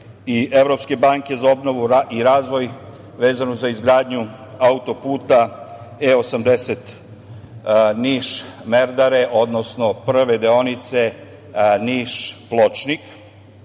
i Evropske banke za obnovu i razvoj vezano za izgradnju auto-puta E80 Niš-Merdare, odnosno prve deonice Niš-Pločnik.